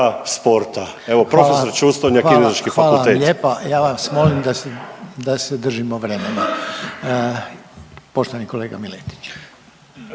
sporta. Evo profesor Čustonja, Kineziološki fakultet./ … Hvala. Hvala vam lijepa. Ja vas molim da se držimo vremena. Poštovani kolega Miletić.